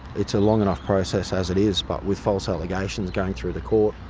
it's a long enough process as it is, but with false allegations going through the court,